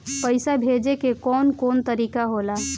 पइसा भेजे के कौन कोन तरीका होला?